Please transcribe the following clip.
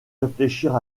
réfléchir